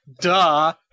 Duh